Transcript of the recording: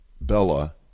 Bella